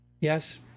Yes